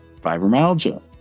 fibromyalgia